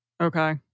Okay